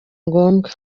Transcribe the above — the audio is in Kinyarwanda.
ngombwa